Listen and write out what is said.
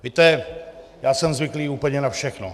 Víte, já jsem zvyklý úplně na všechno...